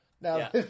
Now